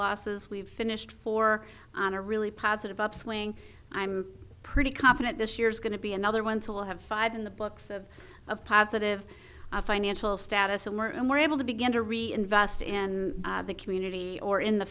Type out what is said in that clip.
losses we've finished for on a really positive upswing i'm pretty confident this year is going to be another one till have five in the books of a positive financial status alert and we're able to begin to reinvest in the community or in the